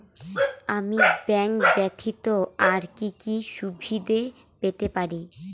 আমি ব্যাংক ব্যথিত আর কি কি সুবিধে পেতে পারি?